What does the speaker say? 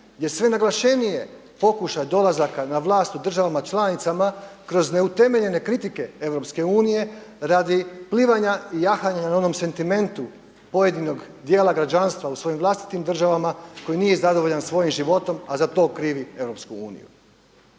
Jer sve naglašenije pokušaj dolazaka na vlast u državama članicama kroz neutemeljene kritike Europske unije radi plivanja, jahanja na onom sentimentu pojedinog dijela građanstva u svojim vlastitim državama koji nije zadovoljan svojim životom, a za to krivi